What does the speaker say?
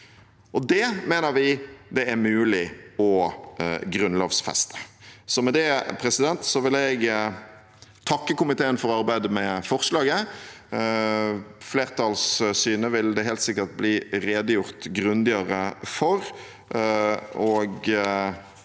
Det mener vi det er mulig å grunnlovfeste. Med det vil jeg takke komiteen for arbeidet med forslaget. Flertallssynet vil det helt sikkert bli redegjort grundigere for.